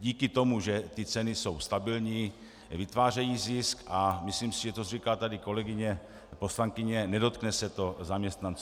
díky tomu, že ty ceny jsou stabilní, vytvářejí zisk a myslím si, že to říká tady kolegyně poslankyně, nedotkne se to zaměstnanců.